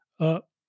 up